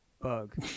bug